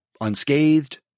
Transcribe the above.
unscathed